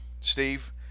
Steve